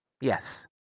Yes